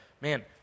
man